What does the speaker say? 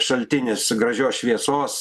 šaltinis gražios šviesos